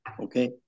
okay